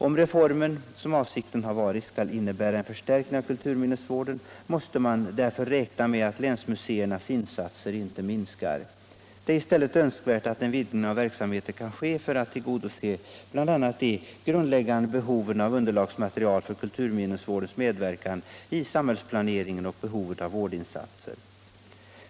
Om reformen — som avsikten har varit — skall innebära en förstärkning av kulturminnesvården, måste man därför räkna med att länsmuseernas insatser inte minskar. Det är i stället önskvärt att en vidgning av verksamheten kan ske för att tillgodose bl.a. de grundläggande behoven av underlagsmaterial för kulturminnesvårdens medverkan i samhällsplaneringen och behovet av vårdinsatser.